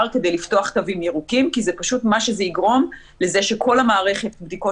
כדי לפתוח תווים ירוקים כי פשוט זה יגרום לזה שכל מערכת הבדיקות